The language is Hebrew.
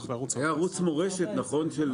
היה ערוץ מורשת, נכון?